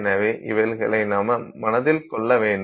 எனவே இவைகளை நாம் மனதில் கொள்ள வேண்டும்